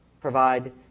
provide